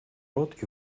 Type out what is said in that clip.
рот